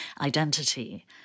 identity